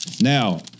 Now